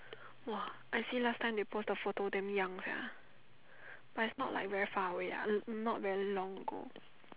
!wah! I see last time they post the photo damn young sia but it's not like very far away not very long ago